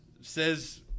says